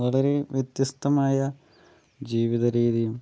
വളരെ വ്യത്യസ്തമായ ജീവിതരീതിയും